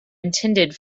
intended